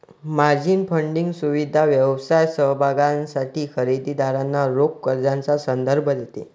margin funding सुविधा व्यवसाय समभागांसाठी खरेदी दारांना रोख कर्जाचा संदर्भ देते